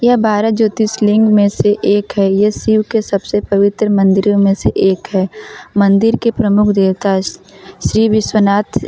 यह बारह ज्योतिर्लिङ्ग में से एक है यह शिव के सबसे पवित्र मंदिरों में से एक है मंदिर के प्रमुख देवता श्री विश्वनाथ